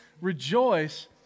rejoice